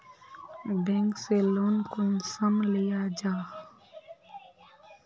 Bank से loan कुंसम लिया जाहा?